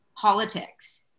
politics